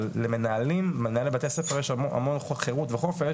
אבל למנהלי בית ספר יש המון חירות וחופש